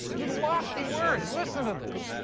and lofty words. listen to this.